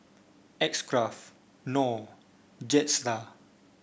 X Craft Knorr Jetstar